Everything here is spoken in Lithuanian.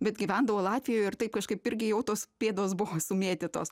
bet gyvendavo latvijoj ir taip kažkaip irgi jau tos pėdos buvo sumėtytos